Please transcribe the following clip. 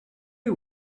you